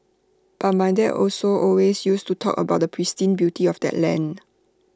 but my dad also always used to talk about the pristine beauty of that land